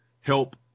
help